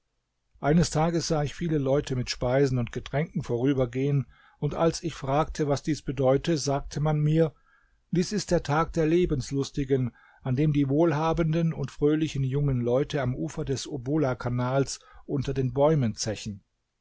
eines tages sah ich viele leute mit speisen und getränken vorübergehen und als ich fragte was dies bedeute sagte man mir dies ist der tag der lebenslustigen an dem die wohlhabenden und fröhlichen jungen leute am ufer des obollakanals unter den bäumen zechen